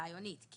רעיונית.